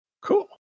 Cool